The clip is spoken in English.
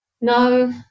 no